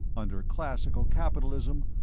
under classical capitalism,